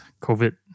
COVID